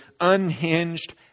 unhinged